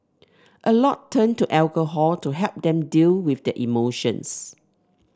a lot turn to alcohol to help them deal with their emotions